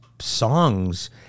songs